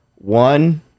One